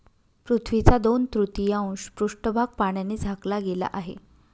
पृथ्वीचा दोन तृतीयांश पृष्ठभाग पाण्याने झाकला गेला आहे